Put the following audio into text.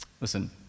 Listen